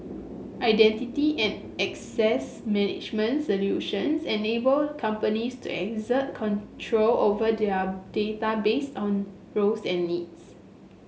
identity and access management solutions enable companies to exert control over their data based on roles and needs